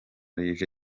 rije